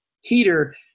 heater